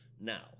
Now